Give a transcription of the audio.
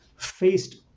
faced